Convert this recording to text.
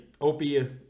opiate